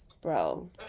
bro